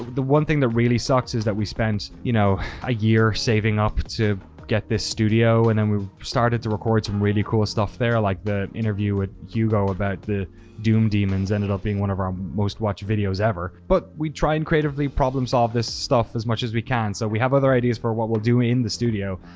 the one thing that really sucks is that we spent, you know, a year saving up to get this studio, and then we started to record some really cool stuff there. like the interview with hugo about the doom demons ended up being one of our um most watched videos ever. but we try and creatively problem solve this stuff as much as we can. so we have other ideas for what we'll do in the studio.